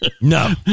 No